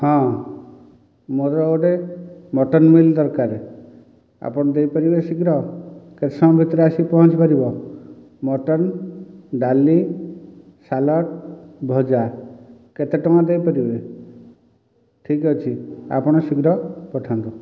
ହଁ ମୋର ଗୋଟିଏ ମଟନ୍ ମିଲ୍ ଦରକାର ଆପଣ ଦେଇ ପାରିବେ ଶୀଘ୍ର କେତେ ସମୟ ଭିତରେ ଆସିକି ପହଞ୍ଚି ପାରିବ ମଟନ୍ ଡାଲି ସାଲାଡ଼ ଭଜା କେତେ ଟଙ୍କା ଦେଇ କରିବି ଠିକ ଅଛି ଆପଣ ଶୀଘ୍ର ପଠାନ୍ତୁ